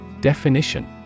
Definition